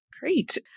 Great